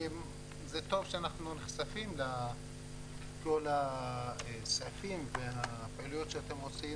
טוב שאנחנו נחשפים לכל הכספים והפעילויות שאתם עושים,